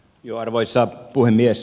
arvoisa puhemies